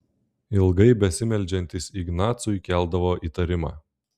ilgai besimeldžiantys ignacui keldavo įtarimą